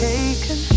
Taken